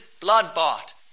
blood-bought